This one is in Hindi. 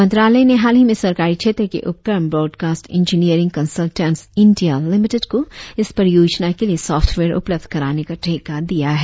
मंत्रालय ने हाल ही में सरकारी क्षेत्र के उपक्रम broadcast engineering consultants India limited को इस परियोजना के लिए सॉफ्टवेयर उपलब्ध कराने का ठेका दिया है